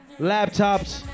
laptops